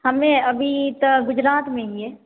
हमे अभी तऽ गुजरात मे हियै